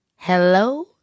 Hello